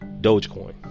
Dogecoin